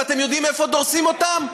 ואתם יודעים איפה דורסים אותן?